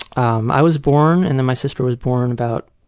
um i was born and then my sister was born about